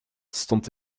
stond